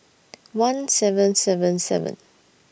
one seven seven seven